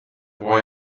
boy